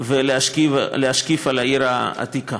ולהשקיף על העיר העתיקה.